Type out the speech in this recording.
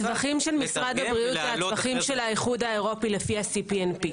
לתרגם- -- הטווחים של האיחוד האירופאי לפי ה-CPNP.